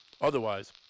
Otherwise